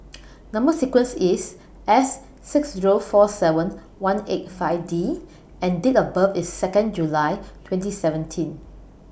Number sequence IS S six Zero four seven one eight five D and Date of birth IS Second July twenty seventeen